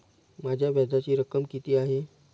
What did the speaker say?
माझ्या व्याजाची रक्कम किती आहे?